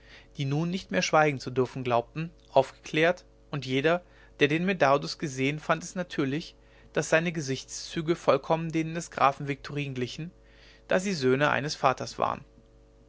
die nun nicht mehr schweigen zu dürfen glaubten aufgeklärt und jeder der den medardus gesehen fand es natürlich daß seine gesichtszüge vollkommen denen des grafen viktorin glichen da sie söhne eines vaters waren